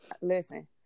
listen